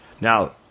Now